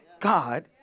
God